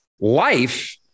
life